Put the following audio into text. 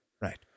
Right